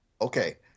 okay